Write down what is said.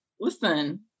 listen